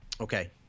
Okay